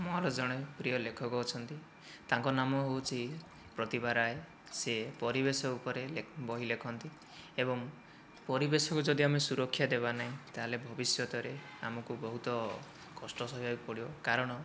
ମୋର ଜଣେ ପ୍ରିୟ ଲେଖକ ଅଛନ୍ତି ତାଙ୍କ ନାମ ହେଉଛି ପ୍ରତିଭା ରାୟ ସେ ପରିବେଶ ଉପରେ ବହି ଲେଖନ୍ତି ଏବଂ ପରିବେଶକୁ ଯଦି ଆମେ ସୁରକ୍ଷା ଦେବା ନାହିଁ ତା'ହେଲେ ଭବିଷ୍ୟତରେ ଆମକୁ ବହୁତ କଷ୍ଟ ସହିବାକୁ ପଡ଼ିବ କାରଣ